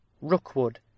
Rookwood